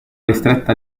ristretta